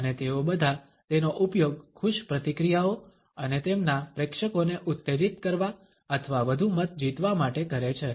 અને તેઓ બધા તેનો ઉપયોગ ખુશ પ્રતિક્રિયાઓ અને તેમના પ્રેક્ષકોને ઉત્તેજિત કરવા અથવા વધુ મત જીતવા માટે કરે છે